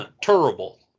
Terrible